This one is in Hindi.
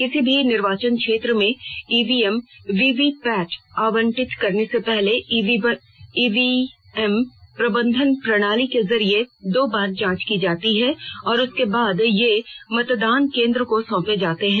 किसी भी निर्वाचन क्षेत्र में ईवीएम वीवीपैट आवंटित करने से पहले ईवीएम प्रबंधन प्रणाली के जरिये दो बार जांच की जाती है और उसके बाद ये मतदान केन्द्र को सौंपे जाते हैं